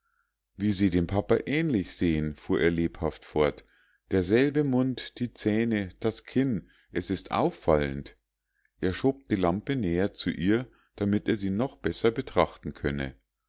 wie sie dem papa ähnlich sehen fuhr er lebhaft fort derselbe mund die zähne das kinn es ist auffallend er schob die lampe näher zu ihr damit er sie noch besser betrachten könne